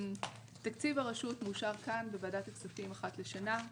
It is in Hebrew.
תקציב הרשות מאושר כאן בוועדת הכספים אחת לשנה.